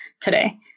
today